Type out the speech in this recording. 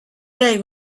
day